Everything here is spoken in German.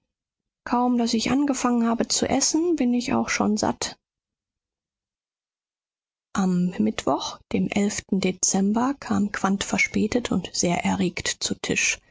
kaum daß ich angefangen habe zu essen bin ich auch schon satt am mittwoch dem elften dezember kam quandt verspätet und sehr erregt zu tisch